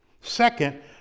Second